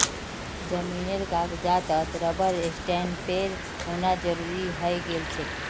जमीनेर कागजातत रबर स्टैंपेर होना जरूरी हइ गेल छेक